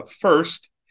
First